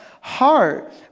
heart